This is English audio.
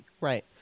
Right